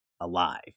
alive